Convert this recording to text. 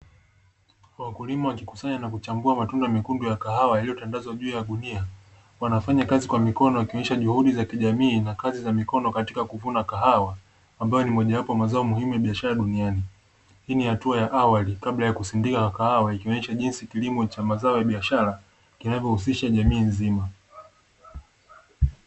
Wakulima wakikusanya na kuchambua matunda mekundu ya Kahawa yaliyotandazwa juu ya gunia. Wanafanya kazi kwa mikono wakionyesha juhudi za kijamii na kazi za mikono katika kuvuna Kahawa ambayo ni mojawapo ya mazao muhimu ya biashara duniani. Hii ni hatua ya awali kabla ya kusindika kwa kahawa ikionyesha jinsi kilimo cha mazao ya biashara kinavyohusisha jamii nzima.